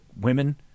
women